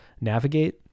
Navigate